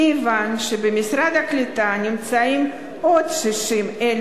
כיוון שבמשרד הקליטה נמצאים עוד 60,000